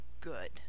good